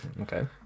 Okay